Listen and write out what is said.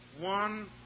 one